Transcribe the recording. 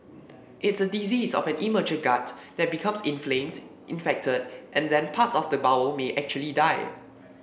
it's a disease of an immature gut that becomes inflamed infected and then parts of the bowel may actually die